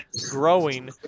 growing